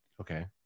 Okay